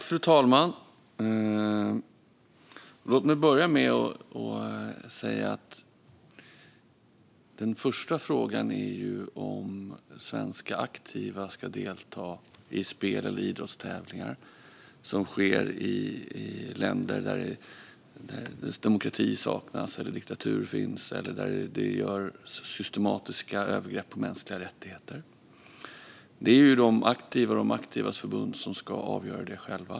Fru talman! Den första frågan är ju om svenska aktiva ska delta i spel eller idrottstävlingar som äger rum i länder där demokrati saknas eller diktatur finns eller där det sker systematiska övergrepp på mänskliga rättigheter. Detta ska ju de aktiva och deras förbund avgöra själva.